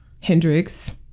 Hendrix